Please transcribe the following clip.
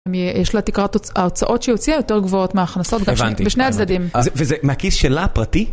יש לה תקרת... ההוצאות שהיא הוציאה יותר גבוהות מההכנסות בשני הצדדים. וזה מהכיס שלה פרטי?